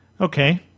Okay